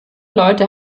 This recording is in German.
leute